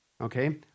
Okay